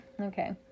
Okay